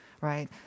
Right